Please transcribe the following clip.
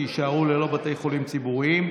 שיישארו ללא בתי חולים ציבוריים,